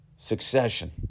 Succession